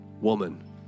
woman